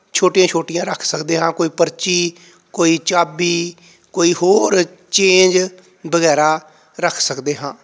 ਛੋਟੀਆਂ ਛੋਟੀਆਂ ਰੱਖ ਸਕਦੇ ਹਾਂ ਕੋਈ ਪਰਚੀ ਕੋਈ ਚਾਬੀ ਕੋਈ ਹੋਰ ਚੇਂਜ ਵਗੈਰਾ ਰੱਖ ਸਕਦੇ ਹਾਂ